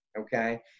Okay